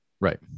right